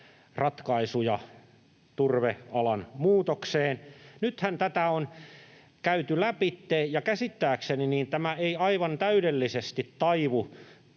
ratkaisuja turvealan muutokseen: Nythän tätä on käyty lävitse, ja käsittääkseni tämä ei aivan täydellisesti taivu